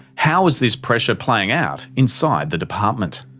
how was this pressure playing out inside the department?